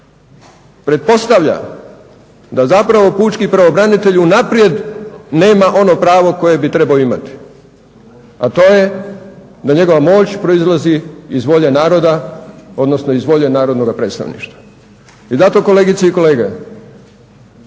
pretpostavlja da zapravo pučki pravobranitelj unaprijed nema ono pravo koje bi trebao imati, a to je da njegova moć proizlazi iz volje naroda, odnosno iz volje narodnog predstavništva. I zato kolegice i kolege